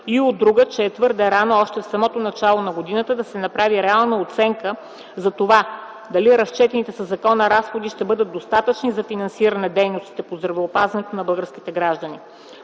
и от друга, че е твърде рано още в самото начало на годината да се направи реална оценка за това дали разчетените със закона разходи ще бъдат достатъчни за финансиране дейности по здравеопазването на българските граждани.